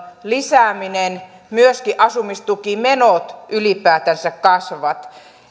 lisääminen myöskin asumistukimenot ylipäätänsä kasvavat